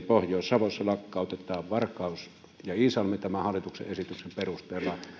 pohjois savossa lakkautetaan varkaus ja iisalmi tämän hallituksen esityksen perusteella